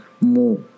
more